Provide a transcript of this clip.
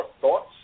thoughts